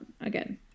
again